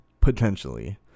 Potentially